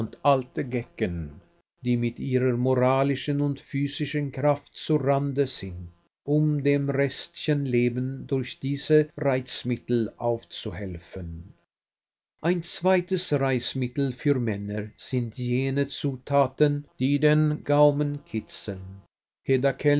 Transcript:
alte gecken die mit ihrer moralischen und physischen kraft zu rande sind um dem restchen leben durch diese reizmittel aufzuhelfen ein zweites reizmittel für männer sind jene zutaten die den gaumen kitzeln